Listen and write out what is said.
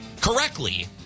Correctly